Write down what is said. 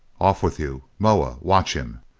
off with you! moa, watch him!